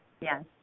Yes